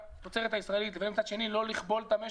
התוצרת הישראלית לבין מצד שני לא לכבול את המשק,